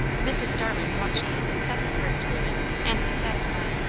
mrs. starling watched the success of her experiment, and was satisfied.